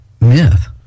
myth